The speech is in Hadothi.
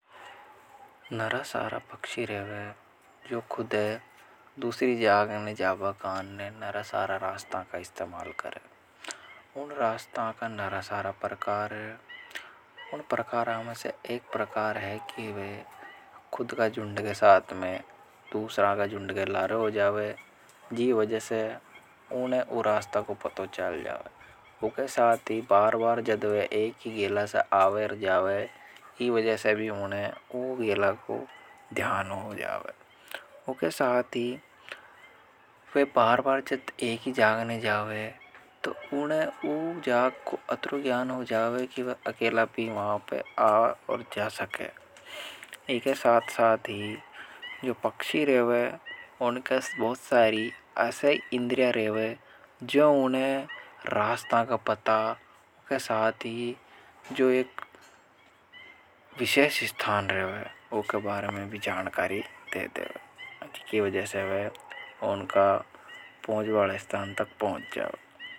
नरा सारा भक्षी रेवे जो खुदे दूसरी जागने जाबा कान ने नरा सारा रास्ता का इस्तेमाल करें। उन रास्ता का नरा सारा प्रकार है। उन प्रकाराम से एक प्रकार है कि वे खुद का जुन्द के साथ में दूसरा का जुन्द के लारे हो जावे जी वज़े से उन्हें उन रास्ता को पतो चाल जाव। उनके साथ ही बार बार जदवे एकी गेला से आवे और जावे। ही वज़े से भी उन्हें उन गेला को ध्यान हो जावे। उनके साथ ही फिर बार बार जदवे एकी जावे ने जावे। तो उन्हें उन जाग को अत्रुज्ञान हो जावे कि वे अकेला भी वहाँ पे आ और जा सके। इके साथ साथ ही जो पक्षी रेवे उनके बहुत सारी ऐसे इंद्रिया रेवे। जो उन्हें रास्तां का पता के साथ ही जो एक विशेश इस्थान रहे हैं वो के बारे में भी जानकारी देते हैं। की वज़े से वो उनका पूँच वाले स्थान तक पहुंच जावे।